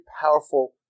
powerful